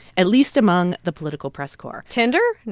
at least among the political press corps tinder? and